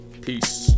Peace